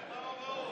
ההודעות?